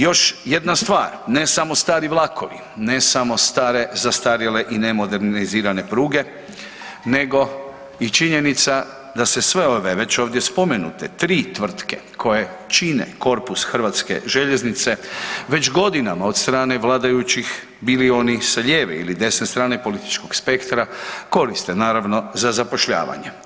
Još jedna stvar, ne samo stari vlakovi, ne samo stare, zastarjele i nemodernizirane pruge, nego i činjenica da se sve ove već spomenute 3 tvrtke koje čine korpus hrvatske željeznice, već godinama od strane vladajućih, bilo onih sa lijeve ili desne strane političkog spektra, koriste naravno, za zapošljavanje.